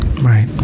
Right